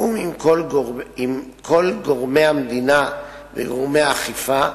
בתיאום עם כל גורמי המדינה וגורמי האכיפה,